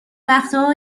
وقتها